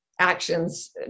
actions